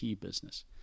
business